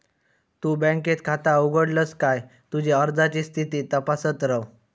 तु बँकेत खाता उघडलस काय तुझी अर्जाची स्थिती तपासत रव